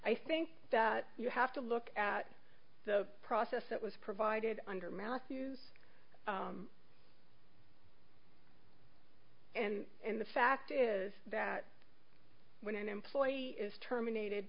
i think that you have to look at the process that was provided under matthews and and the fact is that when an employee is terminated